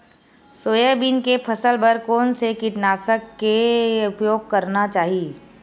Soybean के फसल बर कोन से कीटनाशक के उपयोग करना चाहि?